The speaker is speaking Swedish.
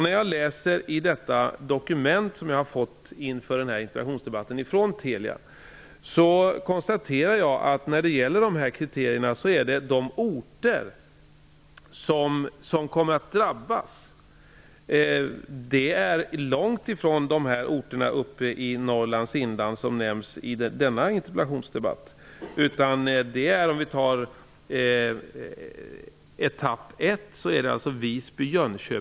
När jag läser i det dokument som jag har fått ifrån Telia inför denna interpellationsdebatt konstaterar jag att det, när det gäller dessa kriterier, är orter långt ifrån de orter uppe i Norrlands inland som nämns i denna interpellationsdebatt som kommer att drabbas.